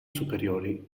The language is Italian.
superiori